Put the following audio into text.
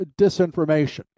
disinformation